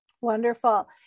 Wonderful